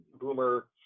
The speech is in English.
boomer